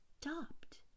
stopped